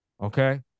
Okay